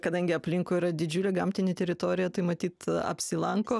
kadangi aplinkui yra didžiulė gamtinė teritorija tai matyt apsilanko